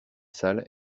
salle